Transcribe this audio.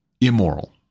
Immoral